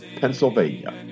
Pennsylvania